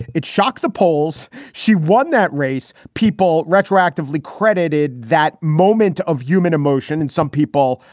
it shocked the polls. she won that race. people retroactively credited that moment of human emotion and some people,